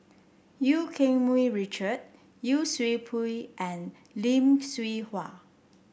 Eu Keng Mun Richard Yee Siew Pun and Lim Hwee Hua